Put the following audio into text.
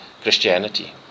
Christianity